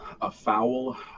afoul